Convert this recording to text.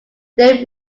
they